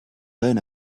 learn